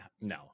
No